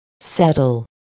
Settle